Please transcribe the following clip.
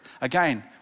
Again